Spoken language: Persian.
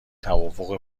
توافق